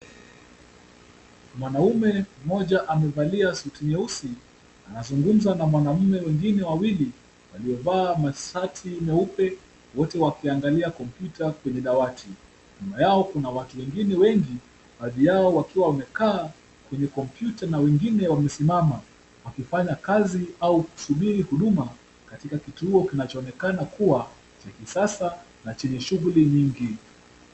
Mwanaume mmoja amevalia suti nyeusi. Anazungumza na mwanaume wengine wawili waliovaa mashati meupe wote wakiangalia kompyuta kwenye dawati. Nyuma yao kuna watu wengine wengi baadhi yao wakiwa wamekaa kwenye kompyuta na wengine wamesimama wakifanya kazi au kusubiri huduma katika kituo kinachoonekana kuwa cha kisasa na chenye shughuli nyingi.